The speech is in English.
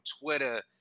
Twitter